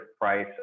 price